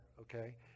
okay